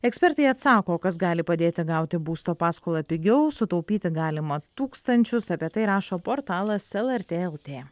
ekspertai atsako kas gali padėti gauti būsto paskolą pigiau sutaupyti galima tūkstančius apie tai rašo portalas lrt lt